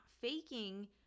Faking